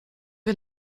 wir